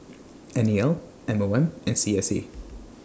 N E L M O M and C S C